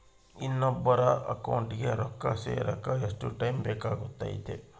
ಇನ್ನೊಬ್ಬರ ಅಕೌಂಟಿಗೆ ರೊಕ್ಕ ಸೇರಕ ಎಷ್ಟು ಟೈಮ್ ಬೇಕಾಗುತೈತಿ?